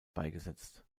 beigesetzt